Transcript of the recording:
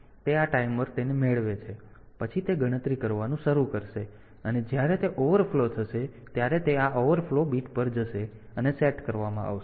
તેથી તે આ ટાઈમર તેને મેળવે છે અને પછી તે ગણતરી કરવાનું શરૂ કરશે અને જ્યારે તે ઓવરફ્લો થશે ત્યારે તે આ ઓવરફ્લો બીટ પર જશે અને સેટ કરવામાં આવશે